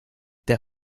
der